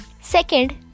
Second